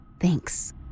Thanks